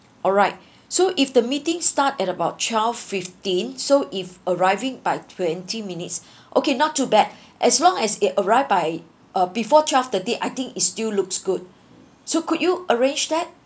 alright so if the meeting start at about twelve fifteen so if arriving by twenty minutes okay not too bad as long as it arrived by uh before twelve thirty I think it still looks good so could you arrange that